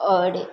आओर